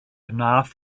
wnaeth